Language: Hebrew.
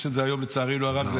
יש את זה היום, לצערי הרב.